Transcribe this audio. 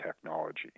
technology